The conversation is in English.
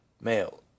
Male